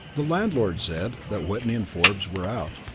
the landlord said that whitney and forbes were out,